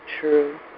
true